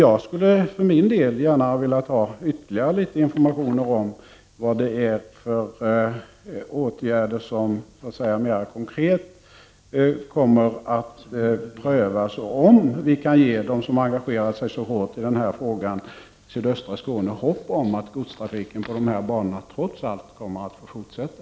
Jag skulle för min del gärna ha velat ha ytterligare litet informationer om vilka åtgärder som mera konkret kommer att prövas och om huruvida vi kan ge dem som engagerat sig så hårt i denna fråga i sydöstra Skåne hopp om att godstrafiken på dessa bandelar trots allt kommer att få fortsätta.